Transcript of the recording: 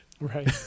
right